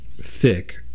thick